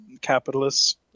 capitalists